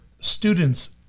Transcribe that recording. students